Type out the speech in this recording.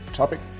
topic